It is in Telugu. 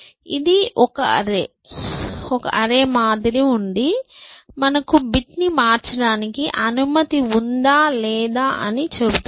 ఇది ఒకే అరె మాదిరి ఉండి మనకు బిట్ ని మార్చడానికి అనుమతి ఉందా లేదా అని చెబుతుంది